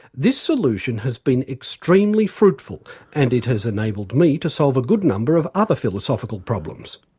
this solution has been extremely fruitful and it has enabled me to solve a good number of other philosophical problems.